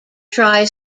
try